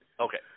Okay